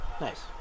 Nice